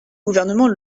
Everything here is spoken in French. gouvernement